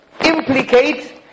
implicate